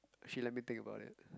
actually let me think about it